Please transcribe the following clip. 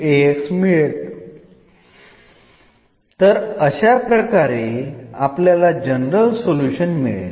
അതോടൊപ്പം അതേപടി നിലനിൽക്കുകയും ചെയ്യുന്നു